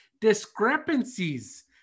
discrepancies